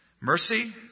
Mercy